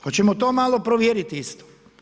Hoćemo to malo provjerit isto?